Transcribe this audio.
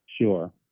Sure